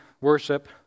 worship